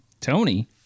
Tony